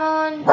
on